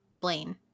blaine